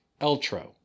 Eltro